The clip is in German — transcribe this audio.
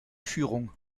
führung